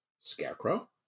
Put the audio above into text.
Scarecrow